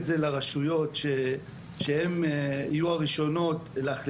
זה נתן לי את האופציה וקידם אותי לטוס ולעשות